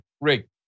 Rick